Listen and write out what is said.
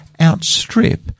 outstrip